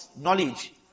knowledge